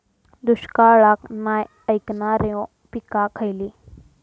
दुष्काळाक नाय ऐकणार्यो पीका खयली?